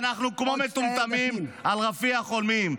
ואנחנו כמו מטומטמים על רפיח חולמים.